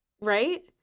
Right